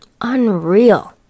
Unreal